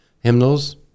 hymnals